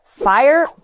fire